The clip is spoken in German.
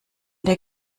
der